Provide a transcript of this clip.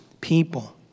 people